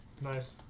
nice